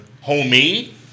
Homemade